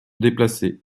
déplacer